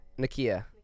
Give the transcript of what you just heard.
Nakia